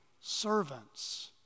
servants